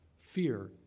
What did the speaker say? Fear